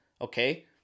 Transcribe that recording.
okay